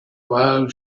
while